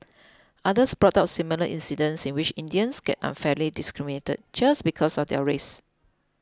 others brought up similar incidents in which Indians got unfairly discriminated just because of their race